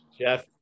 Jeff